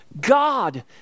God